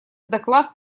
доклад